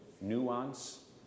nuance